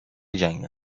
جنگل